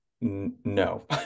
no